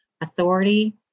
authority